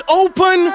open